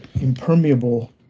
impermeable